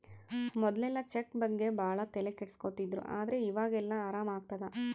ಮೊದ್ಲೆಲ್ಲ ಚೆಕ್ ಬಗ್ಗೆ ಭಾಳ ತಲೆ ಕೆಡ್ಸ್ಕೊತಿದ್ರು ಆದ್ರೆ ಈವಾಗ ಎಲ್ಲ ಆರಾಮ್ ಆಗ್ತದೆ